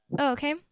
Okay